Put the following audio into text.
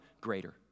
greater